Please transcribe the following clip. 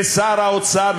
ושר האוצר,